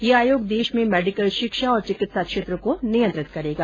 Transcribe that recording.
यह आयोग देश में मेडिकल शिक्षा और चिकित्सा क्षेत्र को नियंत्रित करेगा